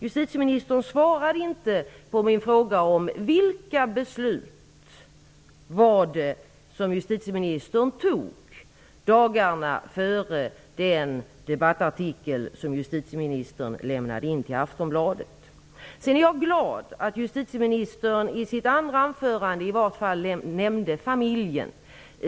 Justitieministern svarade inte på min fråga om vilka beslut som justitieministern fattade dagarna innan hon lämnade in sin debattartikel till Aftonbladet. Jag är glad att justitieministern i vart fall i sitt andra anförande nämnde familjen.